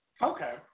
Okay